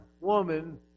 woman